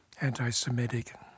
anti-Semitic